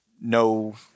no